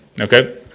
okay